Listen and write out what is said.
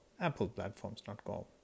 appleplatforms.com